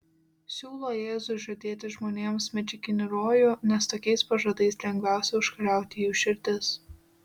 siūlo jėzui žadėti žmonėms medžiaginį rojų nes tokiais pažadais lengviausia užkariauti jų širdis